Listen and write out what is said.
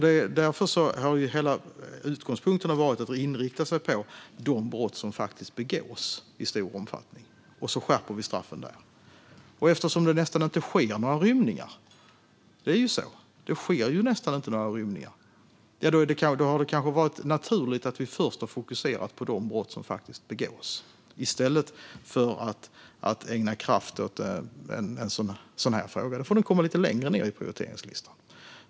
Därför har hela utgångspunkten varit att inrikta oss på de brott som faktiskt begås i stor omfattning och skärpa straffen där. Eftersom det nästan inte sker några rymningar har det varit naturligt att vi först har fokuserat på de brott som faktiskt begås, i stället för att ägna kraft åt en sådan fråga. Den får komma lite längre ned på prioriteringslistan.